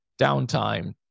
downtime